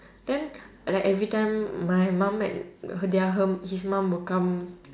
then like every time my mum and he~ their her his mum will come